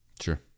Sure